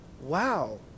wow